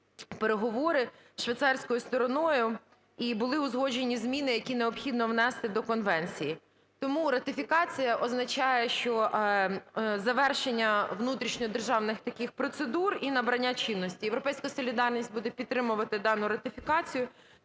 переговори зі швейцарською стороною і були узгоджені зміни, які необхідні внаслідок конвенції. Тому ратифікація означає, що завершення внутрішньодержавних таких процедур і набрання чинності. "Європейська солідарність" буде підтримувати дану ратифікацію.